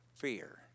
Fear